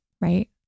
right